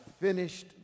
finished